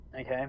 okay